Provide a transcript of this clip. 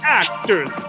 actors